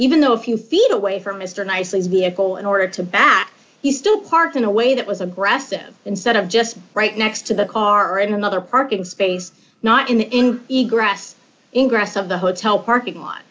even though a few feet away from mr nicely is vehicle in order to back he still parked in a way that was aggressive instead of just right next to the car in another parking space not in the ingress of the hotel parking lot